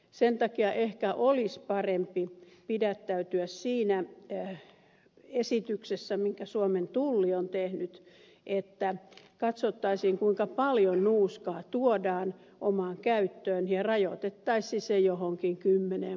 sen takia ehkä olisi parempi pidättäytyä siinä esityksessä minkä suomen tulli on tehnyt että katsottaisiin kuinka paljon nuuskaa tuodaan omaan käyttöön ja rajoitettaisiin se johonkin kymmeneen purkkiin